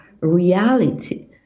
reality